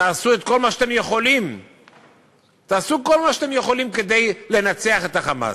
תעשו את כל מה שאתם יכולים כדי לנצח את ה"חמאס",